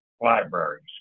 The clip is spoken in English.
libraries